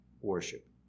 worship